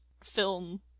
film